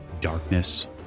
darkness